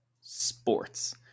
sports